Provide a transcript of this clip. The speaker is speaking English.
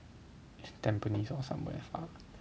Tampines or somewhere far